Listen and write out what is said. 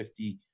50